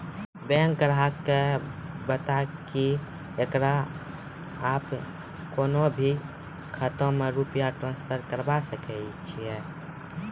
Bank ग्राहक के बात की येकरा आप किसी भी खाता मे रुपिया ट्रांसफर करबऽ?